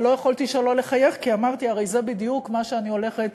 ולא יכולתי שלא לחייך כי אמרתי: הרי זה בדיוק מה שאני הולכת